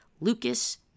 Lucas